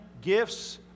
gifts